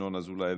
ינון אזולאי,